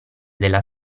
della